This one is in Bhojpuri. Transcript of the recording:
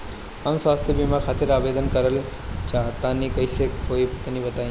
हम स्वास्थ बीमा खातिर आवेदन करल चाह तानि कइसे होई तनि बताईं?